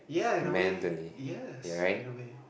ya in a way yes in a way